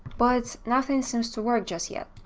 but nothing seems to work just yet.